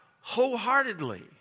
wholeheartedly